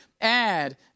add